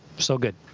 so good.